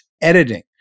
editing